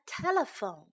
telephone